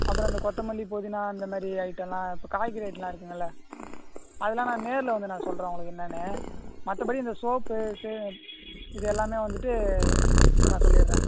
அப்புறம் இந்த கொத்தமல்லி புதினா அந்தமாதிரி ஐட்டம்லாம் இப்போ காய்கறி ஐட்டம்லாம் இருக்குதுங்கல்ல அதெல்லாம் நான் நேரில் வந்து நான் சொல்கிறேன் உங்களுக்கு என்னென்னு மற்றபடி இந்த சோப்பு சே இது எல்லாமே வந்துவிட்டு நான் சொல்லிடுறேன்